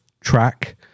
track